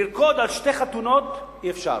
לרקוד על שתי חתונות אי-אפשר.